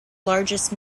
largest